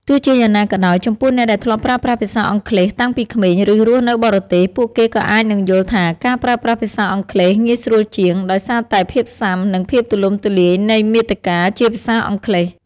ទោះជាយ៉ាងណាក៏ដោយ ចំពោះអ្នកដែលធ្លាប់ប្រើប្រាស់ភាសាអង់គ្លេសតាំងពីក្មេង ឬរស់នៅបរទេស ពួកគេក៏អាចនឹងយល់ថាការប្រើប្រាស់ភាសាអង់គ្លេសងាយស្រួលជាង ដោយសារតែភាពស៊ាំ និងភាពទូលំទូលាយនៃមាតិកាជាភាសាអង់គ្លេស។